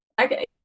Okay